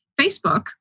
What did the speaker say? Facebook